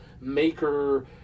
maker